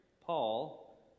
Paul